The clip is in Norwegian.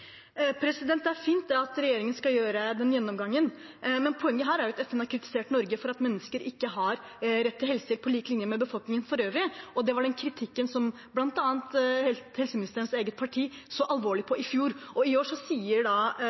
Det er fint at regjeringen skal gjøre den gjennomgangen, men poenget her er jo at FN har kritisert Norge for at mennesker ikke har rett til helsehjelp på lik linje med befolkningen for øvrig, og det var den kritikken bl.a. helseministerens eget parti så alvorlig på i fjor. I år sier